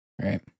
Right